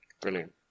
brilliant